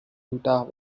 utah